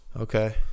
Okay